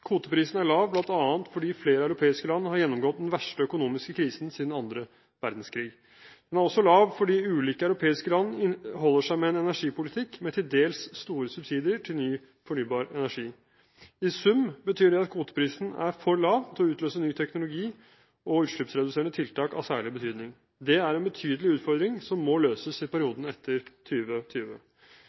Kvoteprisen er lav bl.a. fordi flere europeiske land har gjennomgått den verste økonomiske krisen siden annen verdenskrig. Den er også lav fordi ulike europeiske land holder seg til en energipolitikk med til dels store subsidier til ny fornybar energi. I sum betyr det at kvoteprisen er for lav til å utløse ny teknologi og utslippsreduserende tiltak av særlig betydning. Det er en betydelig utfordring som må løses i perioden etter